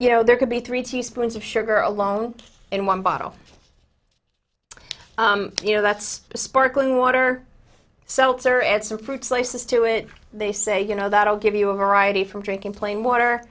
you know there could be three teaspoons of sugar alone in one bottle you know that's sparkling water so it's or add some fruit slices to it they say you know that will give you a variety from drinking plain water